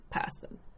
person